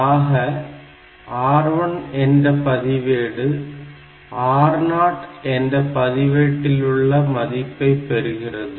ஆக R1 என்ற பதிவேடு R0 என்ற பதிவேட்டில் உள்ள மதிப்பை பெறுகிறது